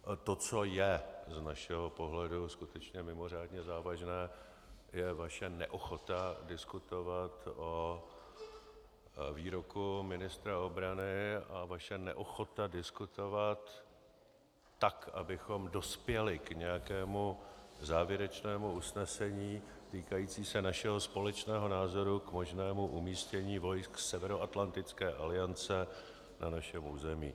To, co je z našeho pohledu skutečně mimořádně závažné, je vaše neochota diskutovat o výroku ministra obrany a vaše neochota diskutovat tak, abychom dospěli k nějakému závěrečnému usnesení týkajícímu se našeho společného názoru k možnému umístění vojsk Severoatlantické aliance na našem území.